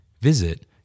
Visit